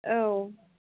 औ